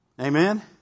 Amen